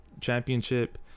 championship